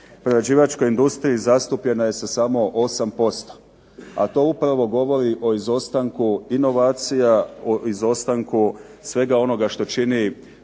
prerađivačkoj industriji zastupljena je sa samo 8%, a to upravo govori o izostanku inovacija, o izostanku svega onoga što čini dodatnu